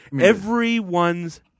Everyone's